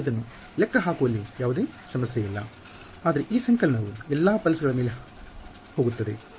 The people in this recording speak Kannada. ನಾನು ಇದನ್ನು ಲೆಕ್ಕಹಾಕುವಲ್ಲಿ ಯಾವುದೇ ಸಮಸ್ಯೆ ಇಲ್ಲ ಆದರೆ ಈ ಸಂಕಲನವು ಎಲ್ಲಾ ಪಲ್ಸ್ ಗಳ ಮೇಲೆ ಹೋಗುತ್ತದೆ